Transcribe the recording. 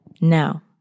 Now